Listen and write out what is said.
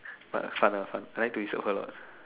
but fun lah fun I like to disturb her a lot